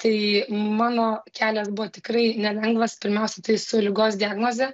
tai mano kelias buvo tikrai nelengvas pirmiausia tai su ligos diagnoze